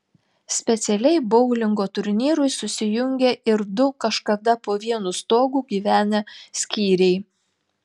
specialiai boulingo turnyrui susijungė ir du kažkada po vienu stogu gyvenę skyriai